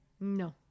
No